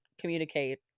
communicate